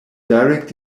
direct